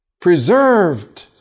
preserved